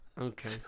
Okay